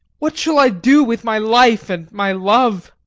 what shall i do with my life and my love?